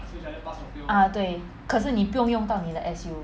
ah 对可是你不用用到你的 S_U